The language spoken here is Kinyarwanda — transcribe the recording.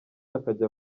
akajya